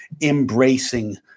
embracing